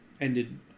ended